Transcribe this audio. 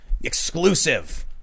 Exclusive